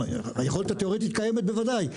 היכולת התיאורית קיימת בוודאי.